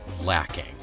lacking